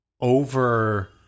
over